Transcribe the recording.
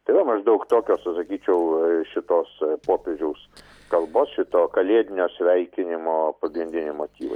tai va maždaug tokios va sakyčiau šitos popiežiaus kalbos šito kalėdinio sveikinimo pagrindiniai motyvai